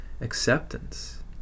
acceptance